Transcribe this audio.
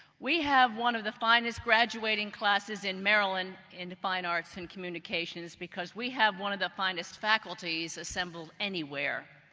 we have one of the finest graduating classes in maryland in the fine arts and communications because we have one of the finest faculties assembled anywhere.